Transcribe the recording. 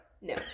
no